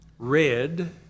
red